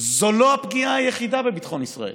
זו לא הפגיעה היחידה בביטחון ישראל.